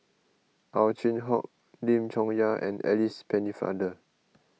Ow Chin Hock Lim Chong Yah and Alice Pennefather